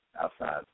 outside